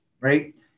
right